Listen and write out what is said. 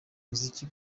muziki